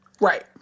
right